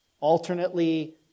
alternately